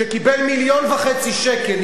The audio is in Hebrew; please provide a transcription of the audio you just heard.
שקיבל מיליון וחצי שקל.